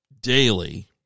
daily